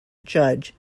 judge